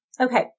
Okay